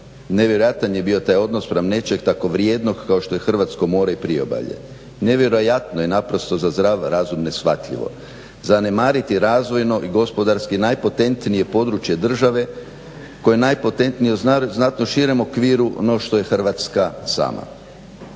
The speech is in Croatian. nevjerojatan je bio taj odnos spram nečeg tako vrijednog kao što je hrvatsko more i priobalje, nevjerojatno je naprosto za zdrav razum neshvatljivo, zanemariti razvojno i gospodarski najpotentnije područje države koje je najpotentnije u znatno širem okviru no što je Hrvatska sama,